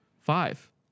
five